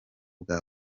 bwa